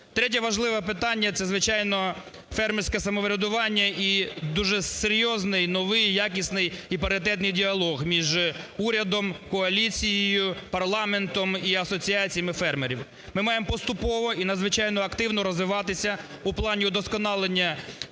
Третє важливе питання – це, звичайно, фермерське самоврядування і дуже серйозний, новий і якісний, і паритетний діалог між урядом, коаліцією, парламентом і асоціаціями фермерів. Ми маємо поступово і надзвичайно активно розвиватися в плані удосконалення сучасного